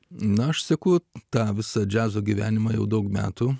na aš sakau tą visa džiazo gyvenimą jau daug metų